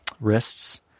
wrists